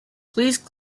please